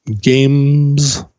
games